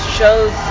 shows